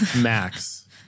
Max